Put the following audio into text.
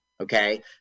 okay